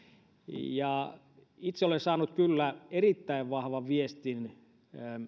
itse olen saanut kyllä erittäin vahvan viestin